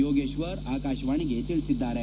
ಯೋಗೇಶ್ವರ ಆಕಾಶವಾಣಿಗೆ ತಿಳಿಸಿದ್ದಾರೆ